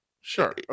sure